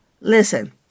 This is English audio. Listen